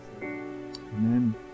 Amen